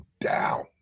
down